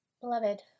Beloved